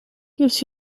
gives